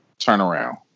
turnaround